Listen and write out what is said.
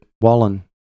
Wallen